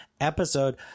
episode